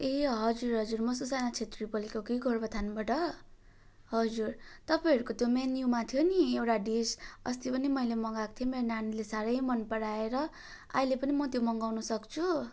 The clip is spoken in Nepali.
ए हजुर हजुर म सुसाना क्षेत्री बोलेको कि गोरुबथानबाट हजुर तपाईँहरूको त्यो मेन्युमा थियो नि एउटा डिस अस्ति पनि मैले मगाएको थिएँ मेरो नानीले साह्रै मन पराएर अहिले पनि म त्यो मगाउन सक्छु